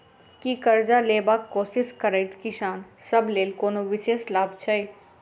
की करजा लेबाक कोशिश करैत किसान सब लेल कोनो विशेष लाभ छै?